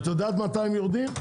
את יודעת מתי הם יורדים?